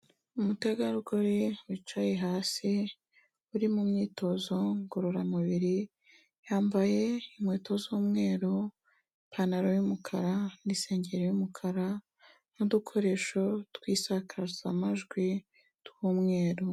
Umutegarugori wicaye hasi uri mu myitozo ngororamubiri, yambaye inkweto z'umweru ipantaro y'umukara n'isengeri y'umukara n'udukoresho tw'isakazamajwi tw'umweru.